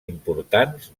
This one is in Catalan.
importants